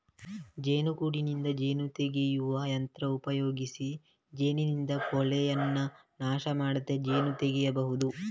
ಜೇನುಗೂಡಿನಿಂದ ಜೇನು ತೆಗೆಯುವ ಯಂತ್ರ ಉಪಯೋಗಿಸಿ ಜೇನಿನ ಪೋಳೆಯನ್ನ ನಾಶ ಮಾಡದೆ ಜೇನು ತೆಗೀಬಹುದು